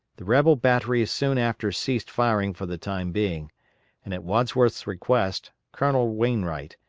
the rebel batteries soon after ceased firing for the time being and at wadsworth's request, colonel wainwright,